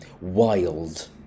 wild